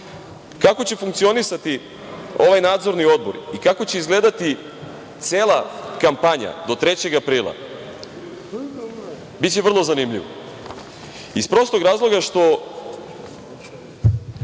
će funkcionisati ovaj Nadzorni odbor i kako će izgledati cela kampanja do 3. aprila, biće vrlo zanimljivo iz prostog razloga što